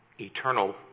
eternal